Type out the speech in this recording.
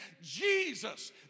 Jesus